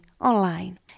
online